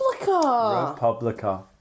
Republica